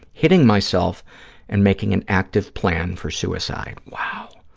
hitting myself and making an active plan for suicide. wow.